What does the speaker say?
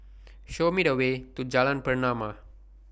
Show Me The Way to Jalan Pernama